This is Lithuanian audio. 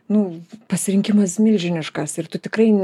nu pasirinkimas milžiniškas ir tu tikrai